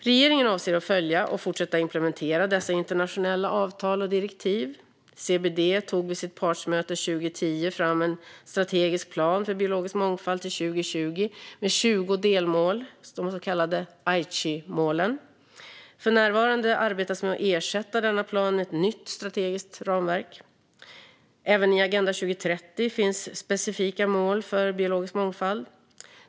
Regeringen avser att följa och fortsätta implementera dessa internationella avtal och direktiv. CBD tog vid sitt partsmöte 2010 fram en strategisk plan för biologisk mångfald till 2020 med 20 delmål, de så kallade Aichimålen. För närvarande arbetas med att ersätta denna plan med ett nytt strategiskt ramverk. Även i Agenda 2030 finns specifika mål för biologisk mångfald.